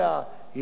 היא רצה,